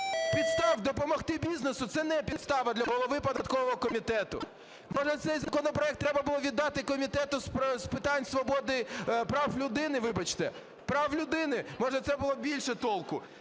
Підстава допомогти бізнесу - це не підстава для голови податкового комітету. Може, цей законопроект треба було віддати Комітету з питань свободи прав людини, вибачте, прав людини, може, це було б більше толку?